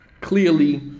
clearly